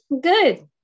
Good